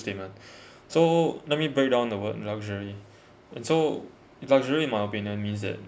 statement so let me break down the word luxury and so luxury in my opinion means that